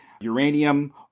uranium